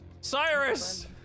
Cyrus